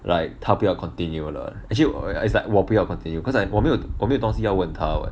like 他不要 continue 了 actually 我 it's like 我不要 continue cause I 我没有我没有东西要问他了